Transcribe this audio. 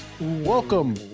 Welcome